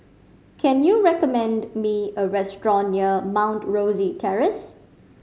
can you recommend me a restaurant near Mount Rosie Terrace